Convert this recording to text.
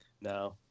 No